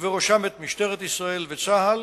ובראשם את משטרת ישראל וצה"ל,